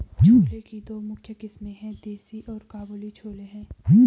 छोले की दो मुख्य किस्में है, देसी और काबुली छोले हैं